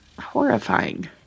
horrifying